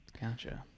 Gotcha